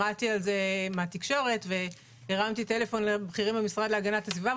שמעתי על זה בתקשורת והרמתי טלפון לבכירים במשרד להגנת הסביבה,